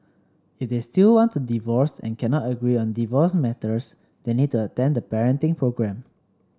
if they still want to divorce and cannot agree on divorce matters they need to attend the parenting programme